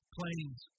Planes